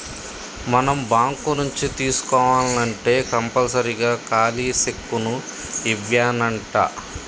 మనం బాంకు నుంచి తీసుకోవాల్నంటే కంపల్సరీగా ఖాలీ సెక్కును ఇవ్యానంటా